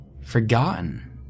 forgotten